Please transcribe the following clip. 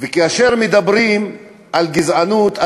כאשר מדברים על גזענות,